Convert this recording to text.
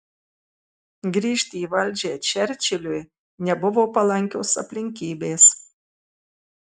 grįžti į valdžią čerčiliui nebuvo palankios aplinkybės